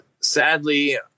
sadly